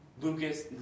Lucas